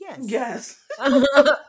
yes